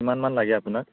কিমানমান লাগে আপোনাক